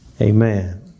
Amen